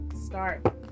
start